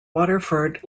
waterford